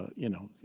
you know,